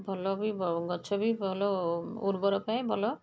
ଭଲ ବି ବ ଗଛ ବି ଭଲ ଉର୍ବର ପାଏ ଭଲ